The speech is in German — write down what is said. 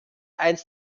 eines